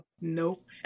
Nope